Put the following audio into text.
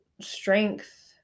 strength